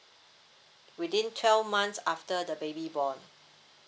within twelve months after the baby born